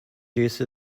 use